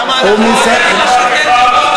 למה, שותף לטרור.